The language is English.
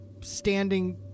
standing